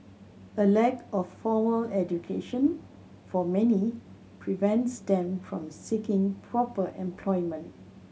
a lack of formal education for many prevents them from seeking proper employment